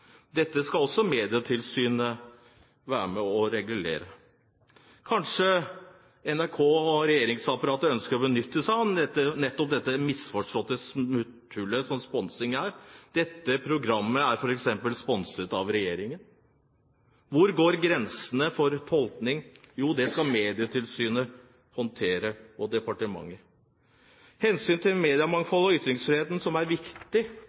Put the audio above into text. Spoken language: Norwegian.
Dette skal også Medietilsynet være med og regulere. Kanskje NRK og regjeringsapparatet ønsker å benytte seg av dette misforståtte smutthullet som sponsing er, f.eks.: Dette programmet er sponset av regjeringen. Hvor går grensene for tolkning? Jo, ved det som Medietilsynet og departementet håndterer. Hensynet til mediemangfoldet og ytringsfriheten, som er viktig,